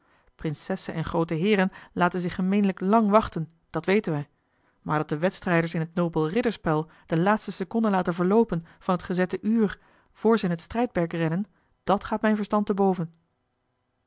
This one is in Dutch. prinsessen en groote heeren laten zich gemeenlijk lang wachten dat weten wij maar dat de wedstrijders in t nobele ridderspel de laatste seconde laten verloopen van t gezette uur voor ze in t strijdperk rennen dàt gaat mijn verstand te boven